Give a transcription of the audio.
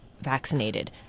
vaccinated